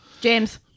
James